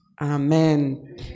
Amen